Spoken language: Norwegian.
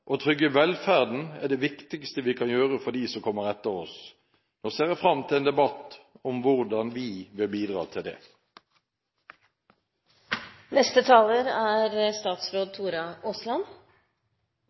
Å trygge velferden er det viktigste vi kan gjøre for dem som kommer etter oss. Nå ser jeg frem til en debatt om hvordan vi vil bidra til